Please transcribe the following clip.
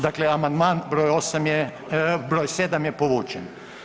Dakle amandman br. 7 je povučen.